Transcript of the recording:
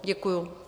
Děkuju.